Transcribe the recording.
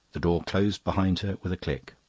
the door closed behind her with a click.